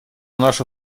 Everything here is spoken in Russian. наша